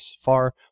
far